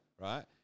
Right